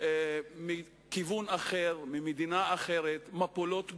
מכיוון אחר, ממדינה אחרת, מפולות גדולות.